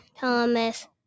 Thomas